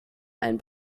ein